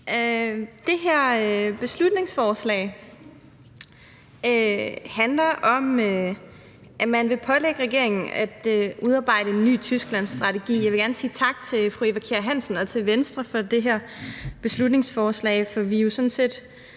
Det her beslutningsforslag handler om, at man vil pålægge regeringen at udarbejde en ny Tysklandsstrategi. Jeg vil gerne sige tak til fru Eva Kjer Hansen, for vi er jo sådan set